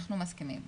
אנחנו מסכימים,